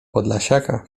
podlasiaka